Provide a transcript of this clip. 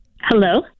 Hello